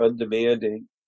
undemanding